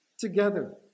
together